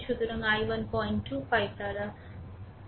সুতরাং i1 025 by v1 v3 হবে